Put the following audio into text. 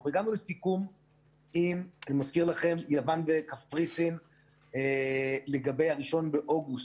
אנחנו הגענו לסיכום עם יוון וקפריסין לגבי 1 באוגוסט.